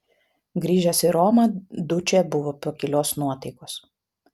grįžęs į romą dučė buvo pakilios nuotaikos